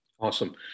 Awesome